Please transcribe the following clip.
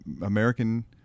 American